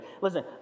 Listen